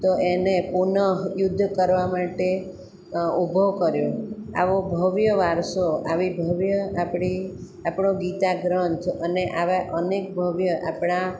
તે એને પુન યુદ્ધ કરવા માટે ઊભો કર્યો આવો ભવ્ય વારસો આવી ભવ્ય આપણી આપણો ગીતા ગ્રંથ અને આવા અનેક ભવ્ય આપણા